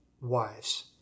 wives